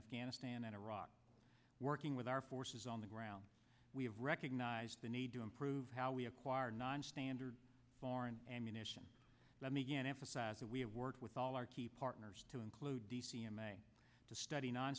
afghanistan and iraq working with our forces on the ground we have recognized the need to improve how we acquire nonstandard foreign and munition let me get emphasize that we have worked with all our key partners to include d c and to study non